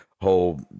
whole